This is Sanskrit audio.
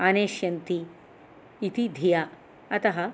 आनेष्यन्ति इति धिया अतः